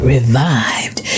Revived